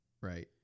right